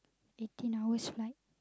eighteen hours flight